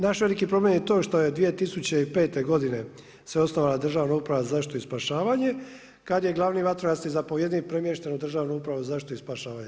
Naš veliki problem je to što je 2005. godine se osnovala Državna uprava za zaštitu i spašavanje kada je glavni vatrogasni zapovjednik premješten u Državnu upravu za zaštitu i spašavanje.